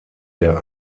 der